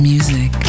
Music